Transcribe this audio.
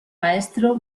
maestro